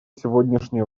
сегодняшнее